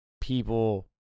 people